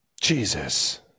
Jesus